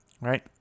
right